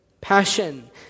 passion